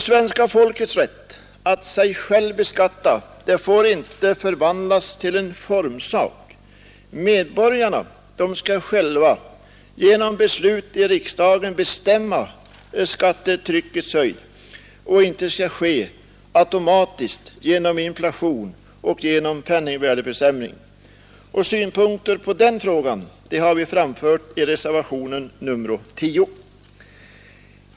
Svenska folkets rätt att sig självt beskatta får inte förvandlas till en formsak. Medborgarna skall själva genom beslut i riksdagen bestämma skattetryckets höjd, och det skall inte ske automatiskt genom inflation och genom penningvärdeförsämring. Synpunkter på denna fråga har vi framfört i reservationen 10.